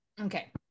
Okay